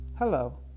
Hello